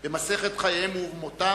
במסכת חייהם ובמותם,